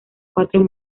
cuatro